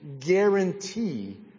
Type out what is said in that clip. guarantee